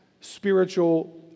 spiritual